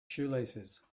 shoelaces